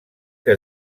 que